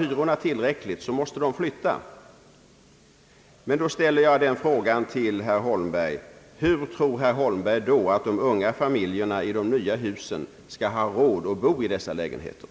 hyrorna höjs tillräckligt mycket, så måste dessa människor flytta. I anslutning till det resonemanget ställer jag frågan till herr Holmberg: Hur tror herr Holmberg att de unga familjerna, som nu bor i de nya husen, då skall ha råd att flytta in i de centralt belägna gamla lägenheterna?